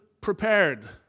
prepared